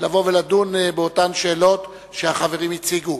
ונדון באותן שאלות שהחברים הציגו.